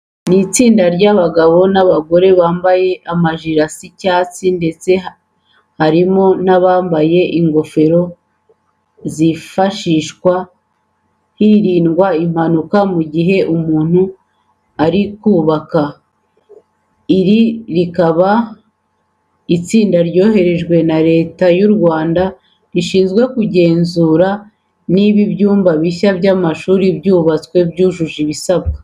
Ni itsinda ry'abagabo n'abagore, bambaye amajire asa icyatsi ndetse harimo n'abambaye ingofero zifashishwa hirindwa impanuka mu gihe umuntu ari kubaka. Iri rikaba ari itsinda ryoherejwe na Leta y'u Rwanda rishinzwe kugenzura niba ibyumba bishya by'amashuri byubatswe byujuje ibisabwa.